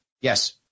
Yes